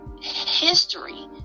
history